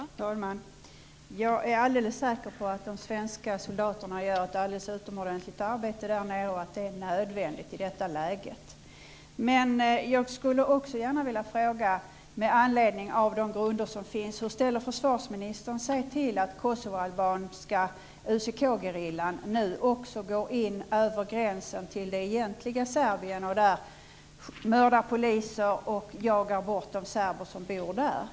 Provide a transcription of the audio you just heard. Fru talman! Jag är alldeles säker på att de svenska soldaterna gör ett alldeles utomordentligt arbete där nere och att det är nödvändigt i detta läge. Men jag skulle gärna vilja fråga med anledning av de uppgifter som finns: Hur ställer sig försvarsministern till att den kosovoalbanska UCK-gerillan nu också går över gränsen till det egentliga Serbien och där mördar poliser och jagar bort de serber som bor där?